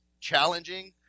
challenging